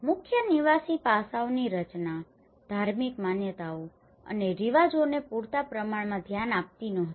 મુખ્ય નિવાસી પાસાઓની રચના ધાર્મિક માન્યતાઓ અને રિવાજોને પૂરતા પ્રમાણમાં ધ્યાન આપતી નહોતી